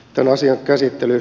arvoisa puhemies